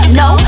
no